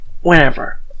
whenever